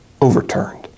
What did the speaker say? overturned